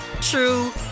true